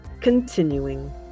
continuing